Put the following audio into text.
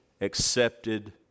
accepted